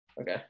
okay